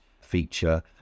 feature